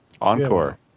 Encore